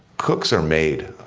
cooks are made.